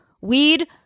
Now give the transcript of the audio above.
weed